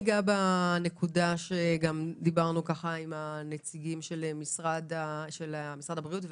נגע בנקודה שדברנו עליה עם הביטוח הלאומי ומשרד הבריאות,